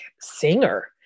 singer